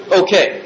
okay